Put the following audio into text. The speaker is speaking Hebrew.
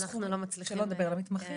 אנחנו לא מצליחים -- שלא נדבר על המתמחים.